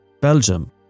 Belgium